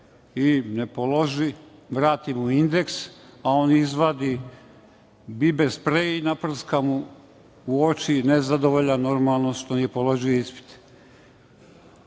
i ne položi, vrati mu indeks, a on izvadi biber sprej i naprska mu u uči, nezadovoljan što nije položio ispit. Što